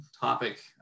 topic